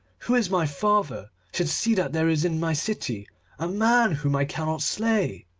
who is my father, should see that there is in my city a man whom i cannot slay.